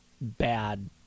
bad